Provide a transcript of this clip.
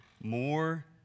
more